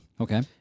Okay